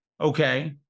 okay